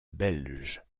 belge